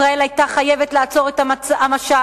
ישראל היתה חייבת לעצור את המשט,